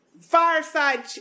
fireside